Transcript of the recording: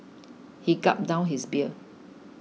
he gulped down his beer